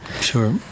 Sure